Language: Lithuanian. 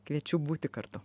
kviečiu būti kartu